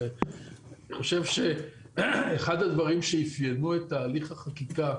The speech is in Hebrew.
אחד הדברים שאפיינו את הליך החקיקה